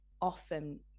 Often